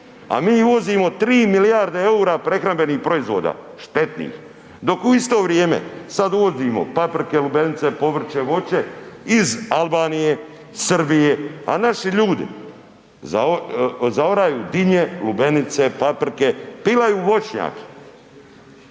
a mi uvozimo 3 milijarde EUR-a prehrambenih proizvoda štetnih, dok u isto vrijeme sad uvozimo paprike, lubenice, povrće, voće iz Albanije, Srbije, a naši ljudi zaoraju dinje, lubenice, paprike, pilaju voćnjak